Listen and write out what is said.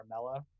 Carmella